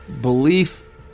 belief